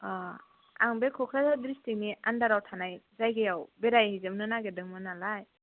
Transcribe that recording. अ आं बे क'क्राझार डिस्ट्रिक नि आन्डाराव थानाय जायगायाव बेरायहैजोबनो नागिरदोंमोन नालाय